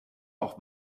auch